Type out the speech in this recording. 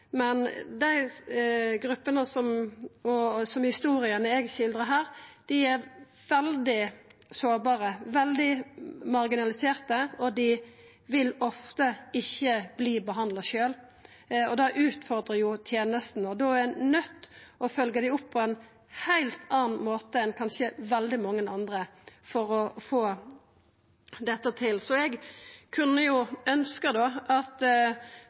men at dei gruppene med ei historie som den eg skildrar her, er veldig sårbare, veldig marginaliserte, og dei vil ofte ikkje sjølve verta behandla. Det utfordrar tenesta, og da er ein nøydd til å følgja dei opp på ein heilt annan måte enn kanskje veldig mange andre for å få dette til. Så eg kunne ønskt at statsråden kunne vera einig i at